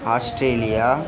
Australia